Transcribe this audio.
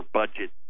budget